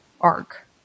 arc